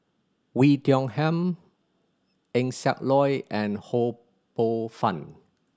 Oei Tiong Ham Eng Siak Loy and Ho Poh Fun